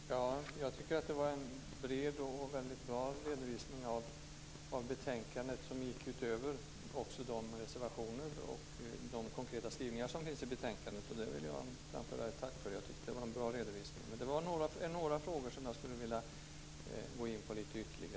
Fru talman! Jag tycker att det var en bred och väldigt bra redovisning av betänkandet som gick utöver de reservationer och konkreta skrivningar som finns där. Det vill jag framföra ett tack för. Jag tycker att det var en bra redovisning. Men jag skulle vilja gå in ytterligare på några frågor.